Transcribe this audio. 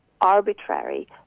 arbitrary